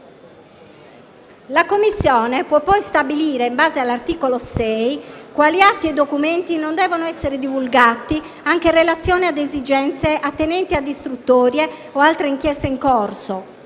La Commissione può poi stabilire, in base al comma 6, quali atti e documenti non devono essere divulgati, anche in relazione a esigenze attinenti a istruttorie o altre inchieste in corso,